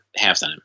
halftime